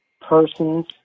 persons